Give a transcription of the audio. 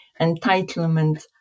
entitlement